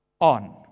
on